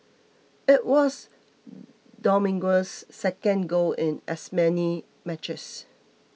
it was Dominguez's second goal in as many matches